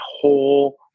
whole